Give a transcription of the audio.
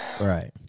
Right